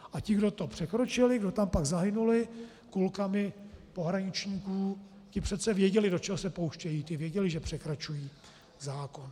A ti, kdo to překročili, kdo tam pak zahynuli kulkami pohraničníků, ti přece věděli, do čeho se pouštějí, ti věděli, že překračují zákon.